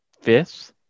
fifth